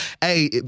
Hey